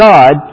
God